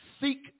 seek